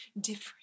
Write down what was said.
different